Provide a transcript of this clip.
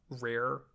rare